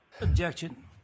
Objection